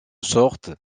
sorte